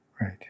Right